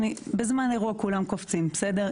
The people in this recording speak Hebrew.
בזמן אירוע כולם קופצים, בסדר?